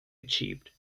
achieved